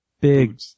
big